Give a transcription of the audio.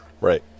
Right